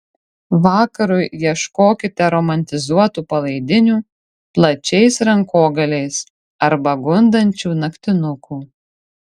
vakarui ieškokite romantizuotų palaidinių plačiais rankogaliais arba gundančių naktinukų